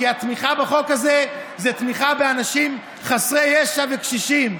כי התמיכה בחוק הזה היא תמיכה באנשים חסרי ישע וקשישים.